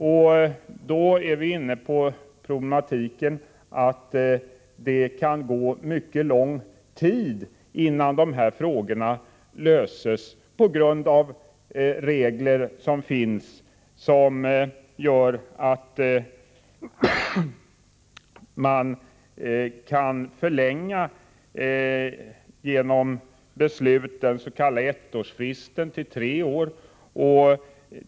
Där kommer vi in på problemet att det kan gå mycket lång tid innan sådana frågor löses. De regler som finns gör det nämligen möjligt att förlänga den s.k. ettårsfristen till tre år.